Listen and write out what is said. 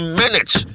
minutes